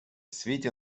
світі